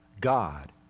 God